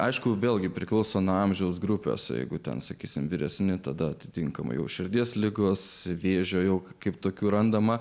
aišku vėlgi priklauso nuo amžiaus grupės o jeigu ten sakysime vyresni tada atitinkamai o širdies ligos vėžio jog kaip tokių randama